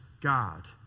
God